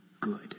good